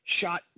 shot